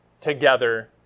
together